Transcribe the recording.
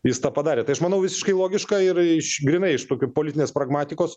jis tą padarė tai aš manau visiškai logiška ir iš grynai iš tokių politinės pragmatikos